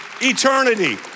eternity